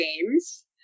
Games